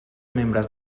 membres